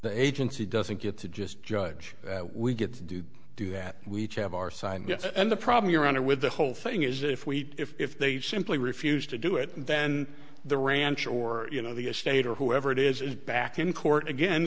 the agency doesn't get to just judge we get to do do that we each have our side and the problem your honor with the whole thing is that if we if they simply refused to do it then the ranch or you know the estate or whoever it is is back in court again